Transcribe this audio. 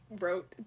wrote